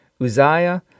Uzziah